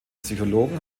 psychologen